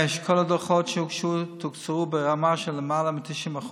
כל הדוחות שהוגשו תוקצבו ברמה של למעלה מ-90%.